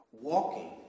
walking